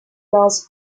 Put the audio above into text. months